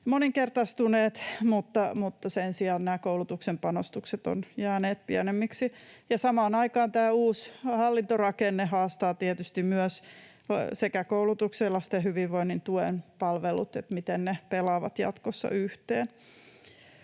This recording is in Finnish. näin poispäin, mutta sen sijaan koulutuksen panostukset ovat jääneet pienemmiksi. Ja samaan aikaan uusi hallintorakenne haastaa tietysti myös koulutuksen ja lasten hyvinvoinnin tuen palvelut — sen, miten ne pelaavat jatkossa yhteen.